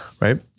right